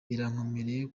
birakomeye